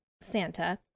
Santa